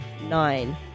Nine